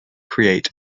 create